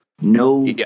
No